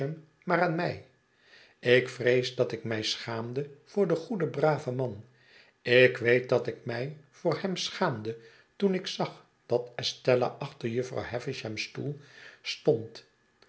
maar aan mij ik vrees dat ik mij schaamde voor den goeden braven man r ik weet dat ik mij voor hem schaamde toen ik zag dat estella achter jufvrouw ijavisham's stoel stond